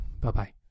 Bye-bye